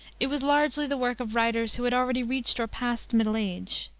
it was largely the work of writers who had already reached or passed middle age.